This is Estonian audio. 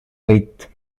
võit